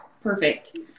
Perfect